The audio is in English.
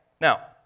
Now